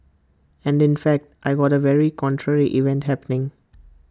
and in fact I got A very contrary event happening